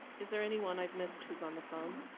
is there anyone i've missed who's on the phone?